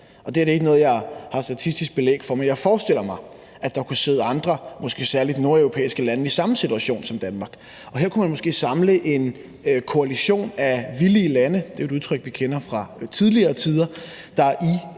det her er ikke noget, jeg har statistisk belæg for – at der kunne sidde andre, måske særlig nordeuropæiske lande i samme situation som Danmark. Her kunne man måske samle en koalition af villige lande – det er jo et udtryk, vi kender fra tidligere tider – der er i